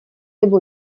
nebo